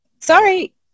sorry